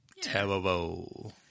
terrible